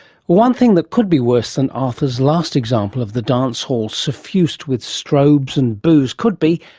one thing that could be worse than arthur's last example of the dance hall suffused with strobes and booze could be,